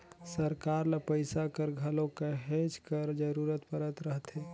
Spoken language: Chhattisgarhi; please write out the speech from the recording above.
सरकार ल पइसा कर घलो कहेच कर जरूरत परत रहथे